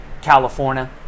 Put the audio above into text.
California